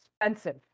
expensive